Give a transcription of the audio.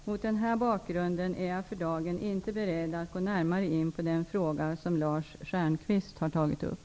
Mot den här bakgrunden är jag för dagen inte beredd att närmare gå in på den fråga som Lars Stjernkvist har tagit upp.